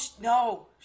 no